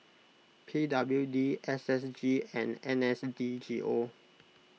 P W D S S G and N S D G O